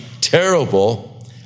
terrible